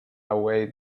away